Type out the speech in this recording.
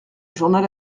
journal